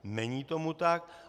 Není tomu tak.